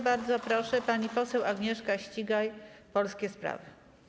Bardzo proszę, pani poseł Agnieszka Ścigaj, Polskie Sprawy.